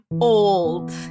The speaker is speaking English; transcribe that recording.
old